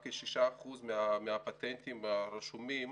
ההיי-טק רק בנוגע ל-6% הפטנטים הרשומים,